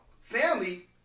family